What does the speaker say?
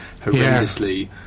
horrendously